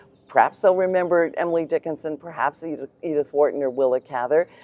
perhaps they'll remember emily dickinson perhaps edith edith wharton or willa cather,